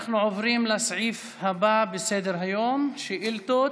אנחנו עוברים לסעיף הבא בסדר-היום, שאילתות.